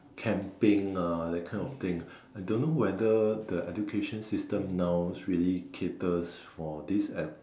camping ah that kind of thing I don't know whether the education system now really caters for this